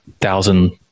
thousand